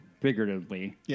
figuratively